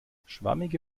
schwammige